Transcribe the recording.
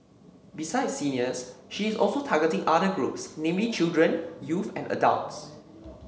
besides seniors she is also targeting other groups namely children youth and adults